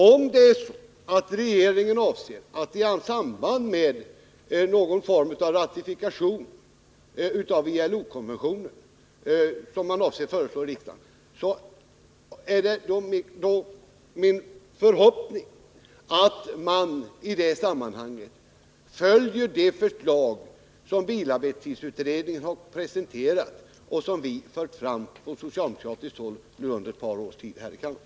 Om regeringen avser att föreslå riksdagen någon form av ratifikation av ILO-konventionen, är det min förhoppning att den i detta sammanhang antar det förslag som bilarbetstidsutredningen har presenterat och som vi på socialdemokratiskt håll har fört fram under ett par års tid här i kammaren.